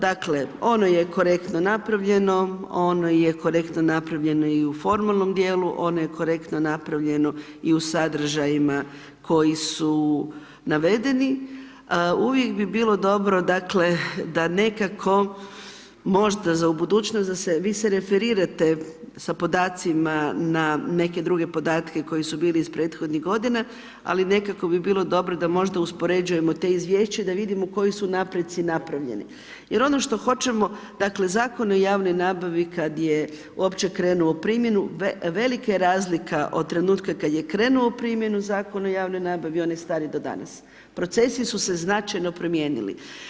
Dakle, ono je korektno napravljeno, ono je korektno napravljeno i u formalnom djelu, ono je korektno napravljeno i sadržajima koji su navedeni, uvijek bi bilo dobro dakle da nekako možda za budućnost da se, vi se referirate sa podacima na neke druge podatke koji su bili iz prethodnih godina, ali nekako bi bilo dobro da možda uspoređujemo da izvješća da vidimo koji su napreci napravljeni jer ono što hoćemo, dakle Zakon o javnoj nabavi kad je uopće krenuo u primjenu, velika je razlika od trenutka kad je krenuo u primjenu Zakon o javnoj nabavi, on je star i do danas, procesi su se značajno promijenili.